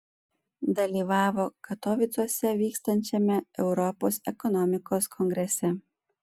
dalyvavo katovicuose vykstančiame europos ekonomikos kongrese